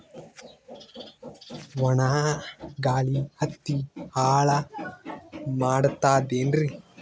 ಒಣಾ ಗಾಳಿ ಹತ್ತಿ ಹಾಳ ಮಾಡತದೇನ್ರಿ?